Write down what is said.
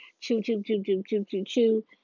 Choo-choo-choo-choo-choo-choo-choo